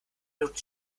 minuten